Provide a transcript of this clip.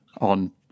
on